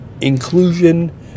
inclusion